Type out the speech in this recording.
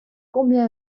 combien